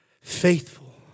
faithful